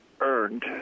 earned